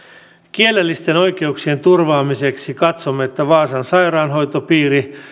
kielellisten oikeuksien turvaamiseksi katsomme että vaasan sairaanhoitopiiri